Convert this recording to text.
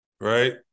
Right